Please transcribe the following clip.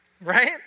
Right